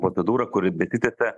procedūra kuri besitęsia